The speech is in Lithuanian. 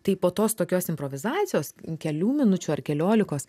tai po tos tokios improvizacijos kelių minučių ar keliolikos